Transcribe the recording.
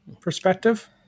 perspective